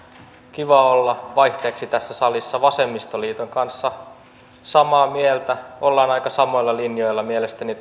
kiva vaihteeksi olla tässä salissa vasemmistoliiton kanssa samaa mieltä ollaan aika samoilla linjoilla mielestäni